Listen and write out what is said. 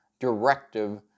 directive